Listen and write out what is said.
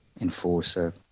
enforcer